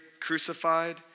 crucified